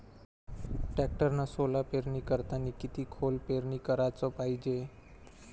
टॅक्टरनं सोला पेरनी करतांनी किती खोल पेरनी कराच पायजे?